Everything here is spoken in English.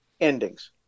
endings